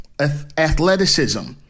athleticism